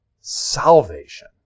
salvation